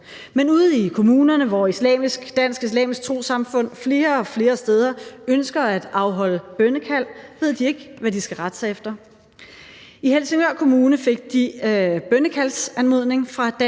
Men ude i kommunerne, hvor Dansk Islamisk Trossamfund flere og flere steder ønsker at afholde bønnekald, ved de ikke, hvad de skal rette sig efter. I Helsingør kommune fik de bønnekaldsanmodning fra Dansk